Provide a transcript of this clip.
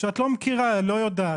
שאת לא מכירה ולא יודעת.